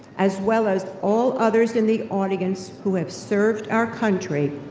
as well as all others in the audience who have served our country,